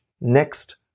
next